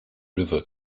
river